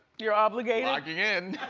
you're obligated? logging in.